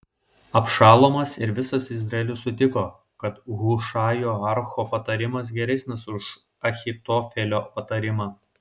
abšalomas ir visas izraelis sutiko kad hušajo archo patarimas geresnis už ahitofelio patarimą